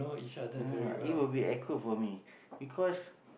no no no it'll be awkward for me because